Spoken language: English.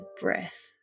breath